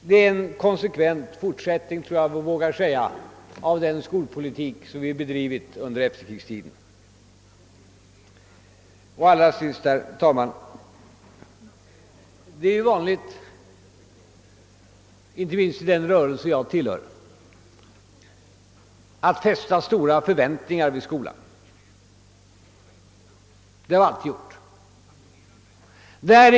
Detta är en konsekvent fortsättning, tror jag man vågar säga, av den skolpolitik vi bedrivit under efterkrigstiden. Det är ju vanligt, inte minst i den rö relse jag tillhör, att man fäster stora förväntningar vid skolan. Det har vi alltid gjort.